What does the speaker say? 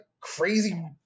crazy